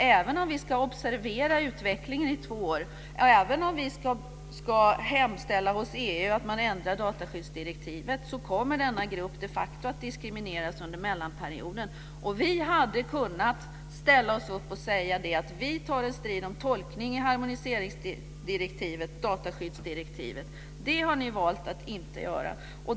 Även om vi ska observera utvecklingen i två år och även om vi ska hemställa hos EU att man ändrar dataskyddsdirektivet, kommer denna grupp de facto att diskrimineras under mellanperioden. Vi hade kunnat ställa oss upp och säga att vi tar en strid om tolkningen av harmoniseringsdirektivet dataskyddsdirektivet. Det har ni valt att inte göra.